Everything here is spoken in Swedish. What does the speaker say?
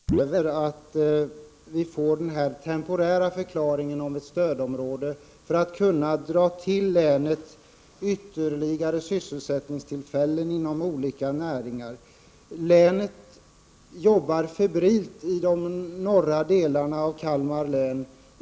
Herr talman! Jag ifrågasätter om arbetsmarknadsministern verkligen har kommunal erfarenhet av problemen i sådana glesbygdsområden som det här är fråga om i högre grad än vi som bor där och har brottats med dessa problem i många år. Det är för att bredda möjligheterna till sysselsättning som vi kräver att dessa kommuner skall förklaras som temporärt stödområde. Det är för att dra till länet ytterligare sysselsättningstillfällen inom olika näringar. Det arbetas nu febrilt i de norra delarna av Kalmar län.